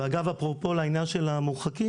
אגב, אפרופו לעניין של המורחקים,